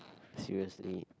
seriously